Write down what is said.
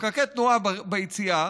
פקקי תנועה ביציאה,